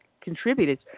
contributed